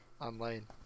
online